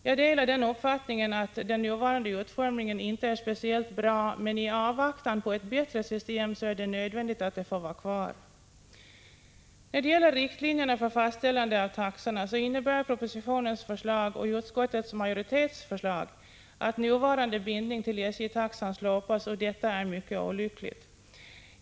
Jag delar uppfattningen att den nuvarande utformningen inte är speciellt bra, men i avvaktan på ett bättre system är det nödvändigt att det får vara kvar. När det gäller riktlinjerna för fastställande av taxorna innebär propositionens förslag och utskottets majoritetsförslag att nuvarande bindning till SJ-taxan slopas. Detta är mycket olyckligt.